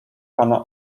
pana